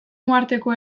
uharteko